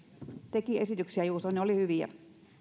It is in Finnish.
teki juuso esityksiä ja ne olivat hyviä